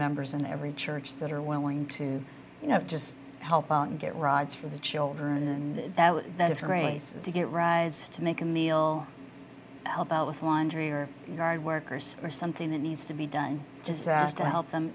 members in every church that are willing to you know just help out and get rides for the children and that is race to get rides to make a meal help out with laundry or yard workers or something that needs to be done disaster help them